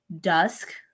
dusk